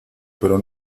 pero